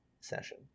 session